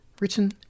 Written